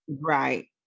Right